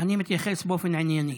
אני מתייחס באופן ענייני.